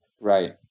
Right